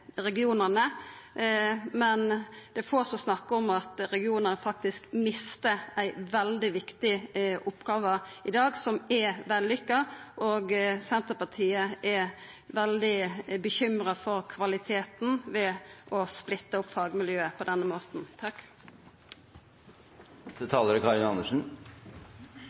regionane, men det er få som snakkar om at regionane faktisk mister ei veldig viktig oppgåve, som er vellykka, og Senterpartiet er veldig bekymra for kvaliteten ved å splitta opp fagmiljøet på denne måten. Jeg vil si takk til